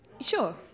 Sure